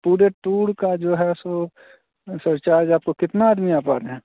पुरे टूड़ का जो है सो सर चार्ज आपको कितना आदमी आप आ रहें हैं